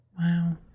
Wow